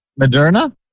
Moderna